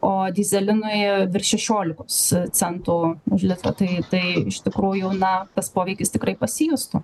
o dyzelinui virš šešiolikos centų už litrą tai tai iš tikrųjų na tas poveikis tikrai pasijustų